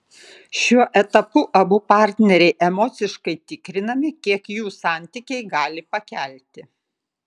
šiuo etapu abu partneriai emociškai tikrinami kiek jų santykiai gali pakelti